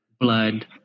blood